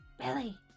Billy